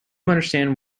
understand